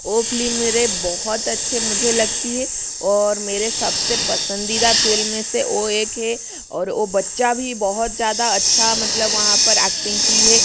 वो फ्लिम मेरे बहुत अच्छे मुझे लगती है और मेरे सबसे पसंदीदा फिल्म में से वो एक है और वो बच्चा भी बहुत ज़्यादा अच्छा मतलब वहाँ पर एक्टिंग की है